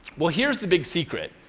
well, here's the big secret